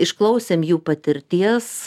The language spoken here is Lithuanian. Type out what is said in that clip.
išklausėm jų patirties